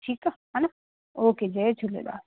ठीकु आहे हेन ओके जय झूलेलाल